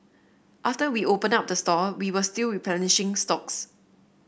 after we opened up the store we were still replenishing stocks